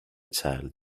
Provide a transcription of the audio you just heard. child